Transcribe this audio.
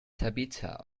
tabitha